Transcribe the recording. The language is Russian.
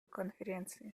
конференции